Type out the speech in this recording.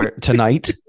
Tonight